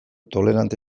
tolerante